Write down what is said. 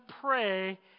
pray